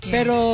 Pero